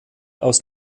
aus